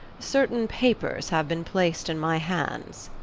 certain papers have been placed in my hands.